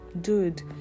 dude